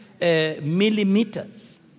millimeters